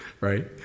right